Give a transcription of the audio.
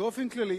באופן כללי.